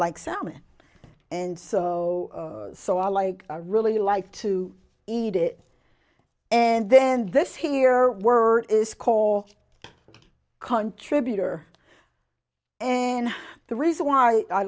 like salmon and so i like i really like to eat it and then this here word is call contribution and the reason why i